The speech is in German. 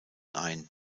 ein